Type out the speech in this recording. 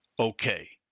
okay.